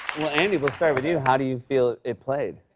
we'll and we'll start with you. how do you feel it played?